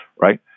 right